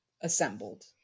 assembled